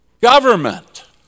government